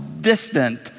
distant